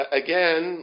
again